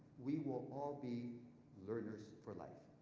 we will all be learners for life.